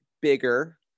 bigger